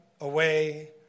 away